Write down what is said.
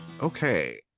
Okay